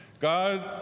God